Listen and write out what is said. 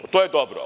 To je dobro.